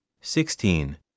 sixteen